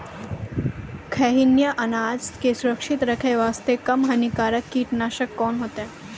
खैहियन अनाज के सुरक्षित रखे बास्ते, कम हानिकर कीटनासक कोंन होइतै?